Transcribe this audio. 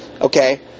Okay